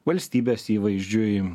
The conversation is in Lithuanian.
valstybės įvaizdžiui